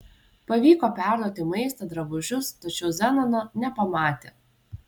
pavyko perduoti maistą drabužius tačiau zenono nepamatė